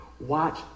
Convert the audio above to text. Watch